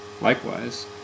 Likewise